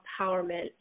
empowerment